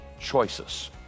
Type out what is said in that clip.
choices